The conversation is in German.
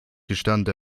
gestand